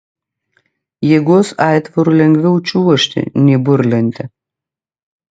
jėgos aitvaru lengviau čiuožti nei burlente